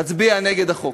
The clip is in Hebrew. אצביע נגד החוק.